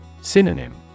Synonym